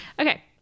okay